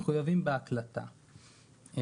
מחויבות בהקלטה.